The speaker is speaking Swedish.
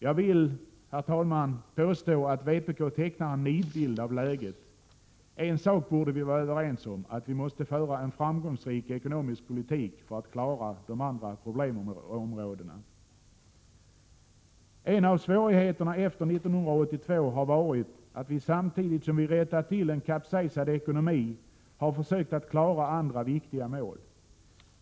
Jag vill, herr talman, påstå att vpk tecknar en nidbild av läget. En sak borde vi vara överens om: att vi måste föra en framgångsrik ekonomisk politik för att klara de andra problemområdena. En av svårigheterna efter 1982 har varit, att vi samtidigt som vi rättat till en kapsejsad ekonomi har försökt att klara andra viktiga mål.